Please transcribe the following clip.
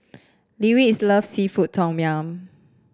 Lyric loves seafood Tom Yum